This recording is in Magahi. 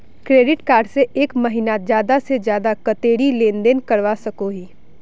क्रेडिट कार्ड से एक महीनात ज्यादा से ज्यादा कतेरी लेन देन करवा सकोहो ही?